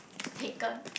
Pecan